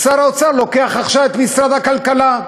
שר האוצר לוקח עכשיו את משרד הכלכלה.